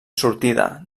sortida